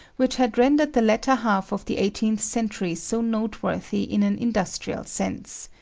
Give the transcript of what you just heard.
which had rendered the latter half of the eighteenth century so noteworthy in an industrial sense.